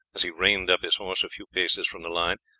as he reined up his horse a few paces from the line.